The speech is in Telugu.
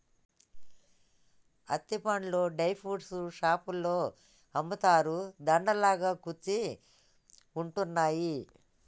అత్తి పండ్లు డ్రై ఫ్రూట్స్ షాపులో అమ్ముతారు, దండ లాగా కుచ్చి ఉంటున్నాయి